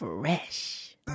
fresh